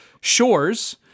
shores